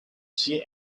see